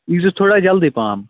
ییٖزیٚو تھوڑا جَلدی پَہَم